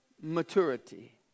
maturity